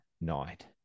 night